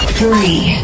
three